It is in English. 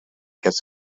gets